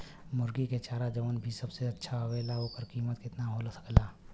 मुर्गी के चारा जवन की सबसे अच्छा आवेला ओकर कीमत केतना हो सकेला?